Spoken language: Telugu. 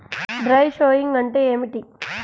డ్రై షోయింగ్ అంటే ఏమిటి?